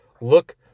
look